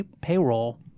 payroll